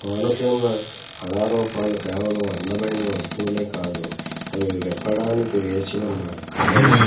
కోనసీమ కళారూపాలు కేవలం అందమైన వస్తువులే కాదు అవి విప్పడానికి వేసి ఉన్న కధలు